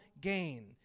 gain